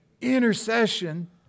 Intercession